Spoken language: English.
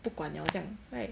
不管 liao 这样 right